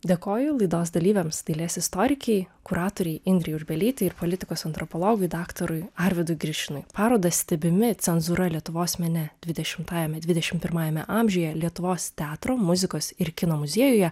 dėkoju laidos dalyviams dailės istorikei kuratorei indrei urbelytei ir politikos antropologui daktarui arvydui grišinui parodą stebimi cenzūra lietuvos mene dvidešimtajame dvidešimt pirmajame amžiuje lietuvos teatro muzikos ir kino muziejuje